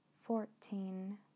fourteen